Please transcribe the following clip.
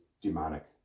demonic